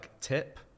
tip